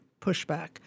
pushback